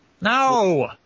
No